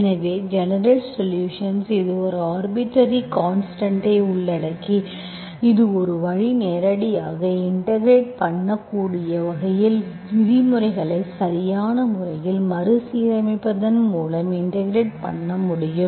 எனவே ஜெனரல்சொலுஷன்ஸ் இது ஒரு ஆர்பிட்டர்ரி கான்ஸ்டன்ட்ஐ உள்ளடக்கி இது ஒரு வழி நேரடியாக இன்டெகிரெட் பண்ணக்கூடியவை வகையில் விதிமுறைகளை சரியான முறையில் மறுசீரமைப்பதன் மூலம் இன்டெகிரெட் பண்ண முடியும்